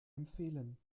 empfehlen